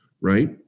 right